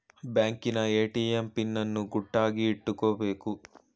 ಬ್ಯಾಂಕಿನ ATM PIN ಅನ್ನು ಗುಟ್ಟಾಗಿ ಇಟ್ಕೊಬೇಕು